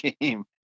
game